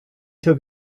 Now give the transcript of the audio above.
took